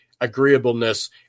agreeableness